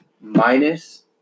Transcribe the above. Minus